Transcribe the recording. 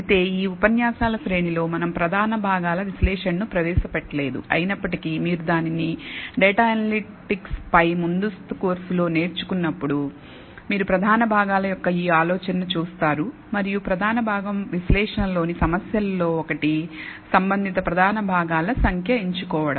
అయితే ఈ ఉపన్యాసాల శ్రేణిలో మనం ప్రధాన భాగాల విశ్లేషణను ప్రవేశపెట్టలేదు అయినప్పటికీ మీరు దానిని డేటా అనలిటిక్స్ పై ముందస్తు కోర్సులో నేర్చుకున్నప్పుడు మీరు ప్రధాన భాగాల యొక్క ఈ ఆలోచనను చూస్తారు మరియు ప్రధాన భాగం విశ్లేషణలోని సమస్యలలో ఒకటి సంబంధిత ప్రధాన భాగాల సంఖ్య ఎంచుకోవడం